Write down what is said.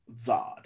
Zod